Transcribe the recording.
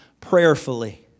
prayerfully